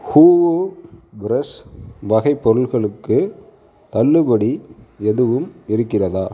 Hoovu fresh வகை பொருட்களுக்கு தள்ளுபடி எதுவும் இருக்கிறதா